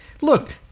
Look